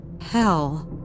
hell